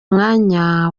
mwanya